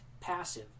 passive